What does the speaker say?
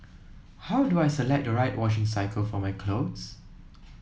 how do I select the right washing cycle for my clothes